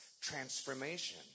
transformation